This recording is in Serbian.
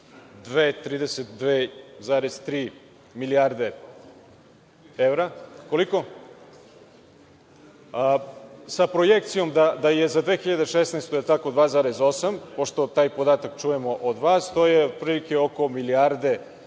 32-32,3 milijarde evra, sa projekcijom da je za 2016. godinu 2,8, pošto taj podatak čujemo od vas, to je otprilike oko milijarde na